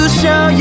show